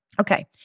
Okay